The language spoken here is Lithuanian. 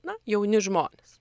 na jauni žmonės